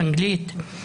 אנגלית.